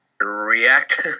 react